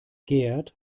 gerd